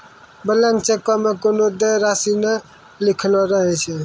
blank चेको मे कोनो देय राशि नै लिखलो रहै छै